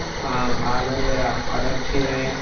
ಆಂ ಆದರೆ ಅದಕ್ಕೆ